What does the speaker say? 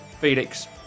Felix